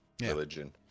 religion